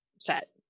set